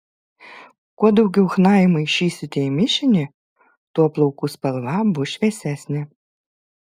kuo daugiau chna įmaišysite į mišinį tuo plaukų spalva bus šviesesnė